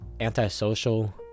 Antisocial